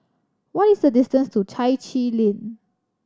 what is the distance to Chai Chee Lane